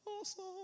Awesome